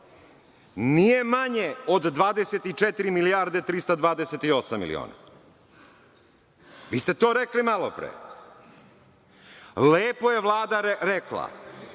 nije manje od 24 milijarde 328 miliona. Vi ste to rekli malopre. Lepo je Vlada rekla